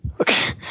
Okay